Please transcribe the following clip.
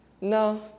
no